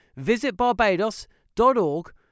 visitbarbados.org